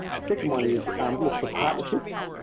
the second one is look for partnerships.